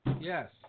Yes